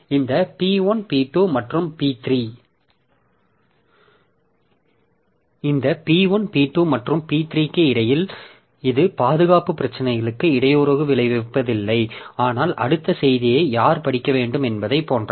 இந்த P1 P2 மற்றும் P3 க்கு இடையில் இது பாதுகாப்பு பிரச்சினைக்கு இடையூறு விளைவிப்பதில்லை ஆனால் அடுத்த செய்தியை யார் படிக்க வேண்டும் என்பதை போன்றது